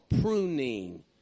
pruning